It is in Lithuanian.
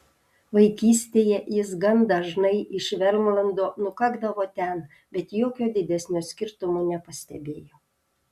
vaikystėje jis gan dažnai iš vermlando nukakdavo ten bet jokio didesnio skirtumo nepastebėjo